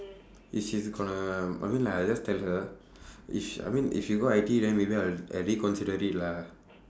if she's going to I mean like I'll just tell her if sh~ I mean if she go I_T_E then maybe I'll I reconsider it lah